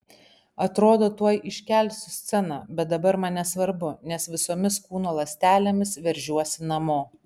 atrodo tuoj iškelsiu sceną bet dabar man nesvarbu nes visomis kūno ląstelėmis veržiuosi namo